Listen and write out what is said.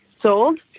sold